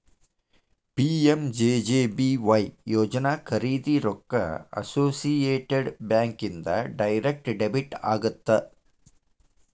PMJJBY ಯೋಜನಾ ಖರೇದಿ ರೊಕ್ಕ ಅಸೋಸಿಯೇಟೆಡ್ ಬ್ಯಾಂಕ್ ಇಂದ ಡೈರೆಕ್ಟ್ ಡೆಬಿಟ್ ಆಗತ್ತ